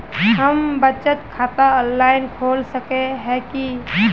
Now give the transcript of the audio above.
हम बचत खाता ऑनलाइन खोल सके है की?